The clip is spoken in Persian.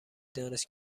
دانست